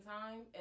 time